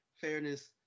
Fairness